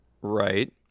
Right